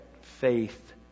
faith